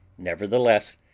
nevertheless,